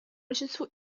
большинство